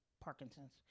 Parkinson's